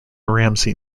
ramsey